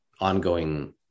ongoing